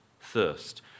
thirst